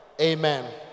Amen